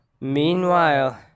Meanwhile